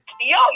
Yo